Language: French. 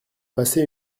passé